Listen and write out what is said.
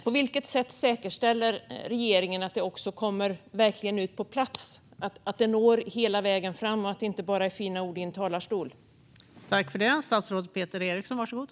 På vilket sätt säkerställer regeringen att detta verkligen når hela vägen fram och inte bara är fina ord i en talarstol?